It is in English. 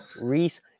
Reese